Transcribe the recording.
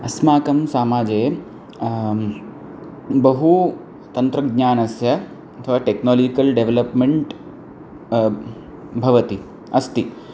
अस्माकं समाजे बहु तन्त्रज्ञानस्य अथवा टेक्नालीकल् डेवलप्मेण्ट् भवति अस्ति